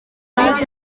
mibi